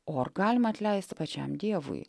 o ar galima atleisti pačiam dievui